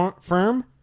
firm